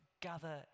gather